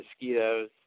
mosquitoes